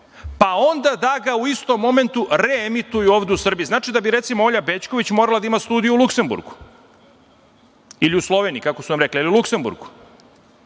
pa onda da ga u istom momentu reemituju ovde u Srbiji. Znači, da bi, recimo, Olja Bećković morala da ima studio u Luksemburgu, ili u Sloveniji, kako su nam rekli, ali u Luksemburgu,